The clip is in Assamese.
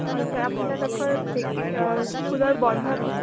হয় ছাৰ আপোনালোকৰ স্কুলৰ বন্ধ